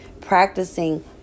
practicing